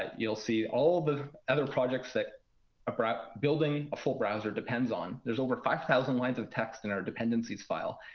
ah you'll see all the other projects that ah building a full browser depends on. there's over five thousand lines of text in our dependencies file.